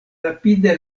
rapide